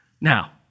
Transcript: Now